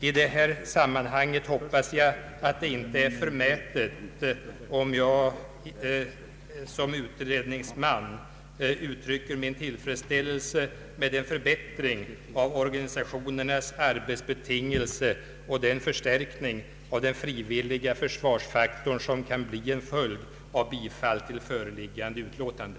I detta sammanhang hoppas jag att det inte är förmätet om jag som utredningsman uttrycker min tillfredsställelse över den förbättring av organisationernas arbetsbetingelser och den förstärkning av den frivilliga försvarsfaktorn som kan bli en följd av bifall till utskottets hemställan i föreliggande utlåtande.